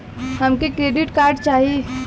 हमके credit card चाही